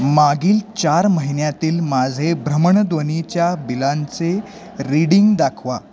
मागील चार महिन्यातील माझे भ्रमणध्वनीच्या बिलांचे रीडिंग दाखवा